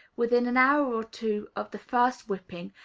within an hour or two of the first whipping,